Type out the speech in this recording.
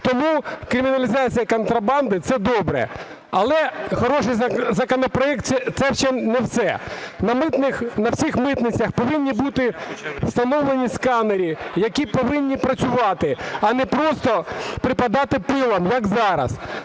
Тому криміналізація контрабанди – це добре. Але хороший законопроект – це ще не все. На всіх митницях повинні бути встановлені сканери, які повинні працювати, а не просто припадати пилом, як зараз.